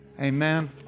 Amen